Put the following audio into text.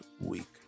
week